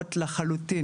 מוזנחות לחלוטין.